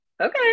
Okay